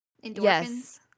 yes